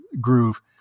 groove